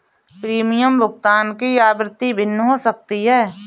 premium भुगतान की आवृत्ति भिन्न हो सकती है